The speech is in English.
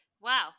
Wow